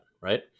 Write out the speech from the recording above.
right